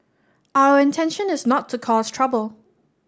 our intention is not to cause trouble